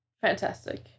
Fantastic